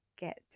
get